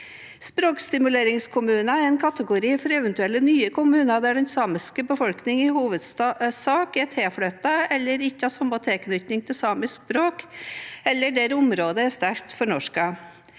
Språkstimuleringskommuner er en kategori for eventuelle nye kommuner der den samiske befolkningen i hovedsak er tilflyttet og ikke har samme tilknytning til samisk språk, eller der området er sterkt fornorsket.